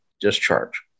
discharge